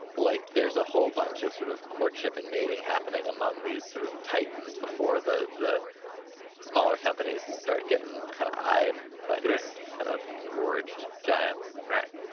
like, there's a whole bunch of sort of courtship and mating happening among these sort of titans before the the smaller companies start gettin' kinda eyed by these kind of engorged giants. right.